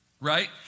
right